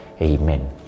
Amen